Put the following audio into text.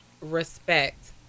respect